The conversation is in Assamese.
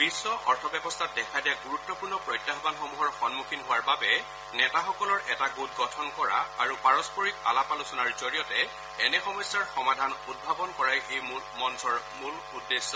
বিশ্ব অৰ্থব্যৱস্থাত দেখা দিয়া গুৰুত্বপূৰ্ণ প্ৰত্যাহানসমূহৰ সন্মুখীন হোৱাৰ বাবে নেতাসকলৰ এটা গোট গঠন কৰা আৰু পাৰস্পৰিক আলাপ আলোচনাৰ জৰিয়তে এনে সমস্যাৰ সমাধান উদ্ভাৱন কৰাই এই মঞ্চৰ মূল উদ্দেশ্য